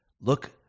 look